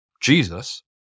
Jesus